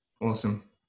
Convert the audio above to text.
awesome